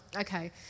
okay